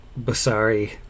Basari